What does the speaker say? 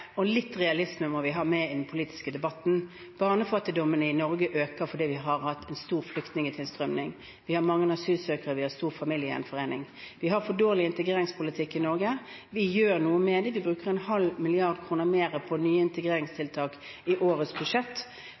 Litt realisme må vi ha med i den politiske debatten. Barnefattigdommen i Norge øker fordi vi har hatt en stor flyktningtilstrømning. Vi har mange asylsøkere, vi har stor familiegjenforening. Vi har for dårlig integreringspolitikk i Norge. Vi gjør noe med det. Vi bruker 0,5 mrd. kr mer på nye integreringstiltak i årets budsjett